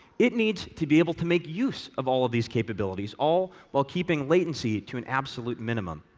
it needs to be able to make use of all of these capabilities, all while keeping latency to an absolute minimum.